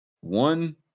One